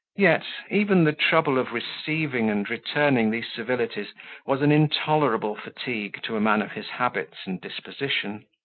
yet, even the trouble of receiving and returning these civilities was an intolerable fatigue to a man of his habits and disposition.